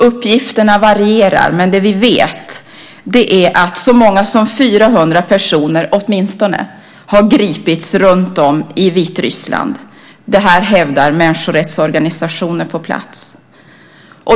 Uppgifterna varierar, men vi vet att åtminstone 400 personer har gripits runtom i Vitryssland. Det hävdar människorättsorganisationer på plats.